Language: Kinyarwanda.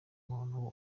umuntu